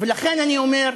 ולכן אני אומר,